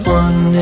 one